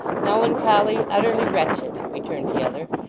melancholy, utterly wretched returned the other.